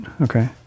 Okay